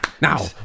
Now